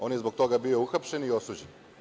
On je zbog toga bio uhapšen i osuđen.